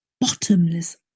bottomless